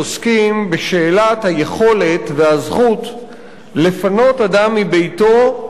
עוסקים בשאלת היכולת והזכות לפנות אדם מביתו,